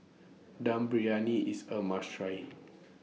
Dum Briyani IS A must Try